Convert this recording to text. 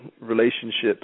relationships